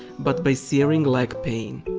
but by searing leg pain.